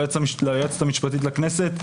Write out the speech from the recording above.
ליועצת המשפטית לכנסת,